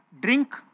drink